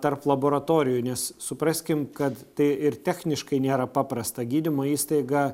tarp laboratorijų nes supraskim kad tai ir techniškai nėra paprasta gydymo įstaiga